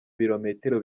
birometero